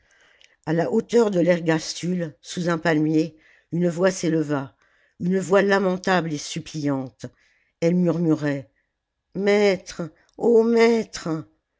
a la hauteur de l'ergastule sous un palmier une voix s'éleva une voix lamentable et suppliante elle murmurait maître oh maître